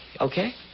okay